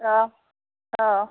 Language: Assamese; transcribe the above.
অ অ